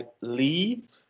leave